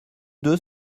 deux